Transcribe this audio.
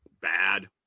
bad